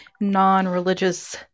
non-religious